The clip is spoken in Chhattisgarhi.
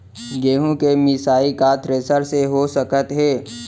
गेहूँ के मिसाई का थ्रेसर से हो सकत हे?